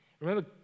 Remember